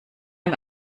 ihm